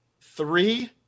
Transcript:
Three